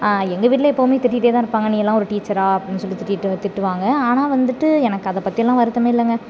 எங்கள் வீட்டில் எப்போதுமே திட்டிகிட்டே தான் இருப்பாங்க நீ எல்லாம் ஒரு டீச்சரா அப்படின்னு சொல்லி திட்டிகிட்டு திட்டுவாங்க ஆனால் வந்துட்டு எனக்கு அதைப் பற்றிலாம் வருத்தம் இல்லைங்க